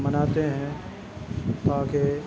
مناتے ہیں تاکہ